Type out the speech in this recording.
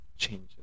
changes